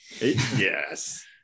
Yes